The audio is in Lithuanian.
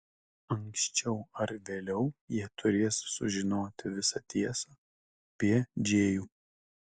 anksčiau ar vėliau jie turės sužinoti visą tiesą apie džėjų